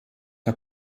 der